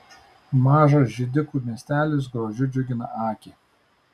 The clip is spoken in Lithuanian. mažas židikų miestelis grožiu džiugina akį